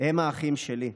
הם האחים שלי.